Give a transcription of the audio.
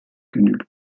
genügt